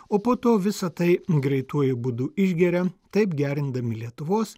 o po to visa tai greituoju būdu išgeria taip gerindami lietuvos